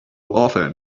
often